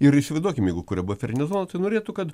ir įsivaizduokim jeigu kuria buferinę zoną tai norėtų kad